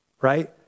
Right